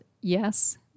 yes